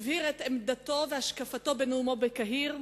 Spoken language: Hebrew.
הבהיר את עמדתו והשקפתו בנאומו בקהיר,